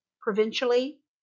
provincially